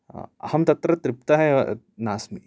अहं तत्र तृप्तः एव नास्मि